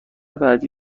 بعدی